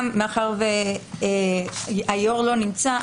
מאחר שהיושב-ראש לא נמצא,